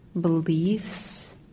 beliefs